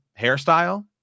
hairstyle